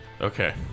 Okay